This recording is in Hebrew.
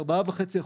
4.5%,